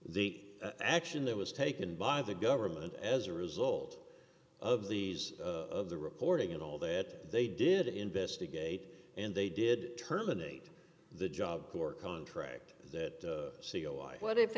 the action that was taken by the government as a result of these of the reporting and all that they did investigate and they did terminate the job corps contract that c o i what if